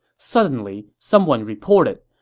suddenly, someone reported,